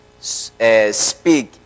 Speak